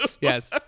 Yes